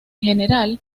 general